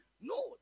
No